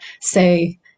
say